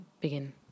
begin